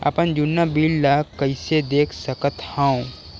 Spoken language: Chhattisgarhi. अपन जुन्ना बिल ला कइसे देख सकत हाव?